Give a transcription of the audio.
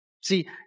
See